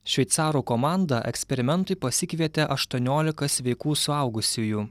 šveicarų komanda eksperimentui pasikvietė aštuoniolika sveikų suaugusiųjų